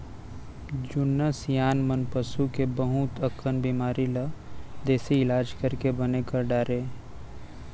जुन्ना सियान मन पसू के बहुत अकन बेमारी ल देसी इलाज करके बने कर डारय